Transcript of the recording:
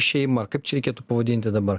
šeimą ar kaip čia reikėtų pavadinti dabar